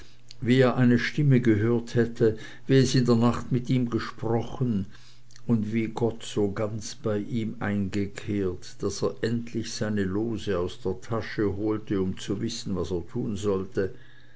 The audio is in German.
wie er eine stimme gehört hätte wie es in der nacht mit ihm gesprochen und wie gott so ganz bei ihm eingekehrt daß er kindlich seine lose aus der tasche holte um zu wissen was er tun sollte